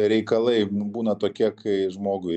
reikalai būna tokie kai žmogui